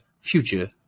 future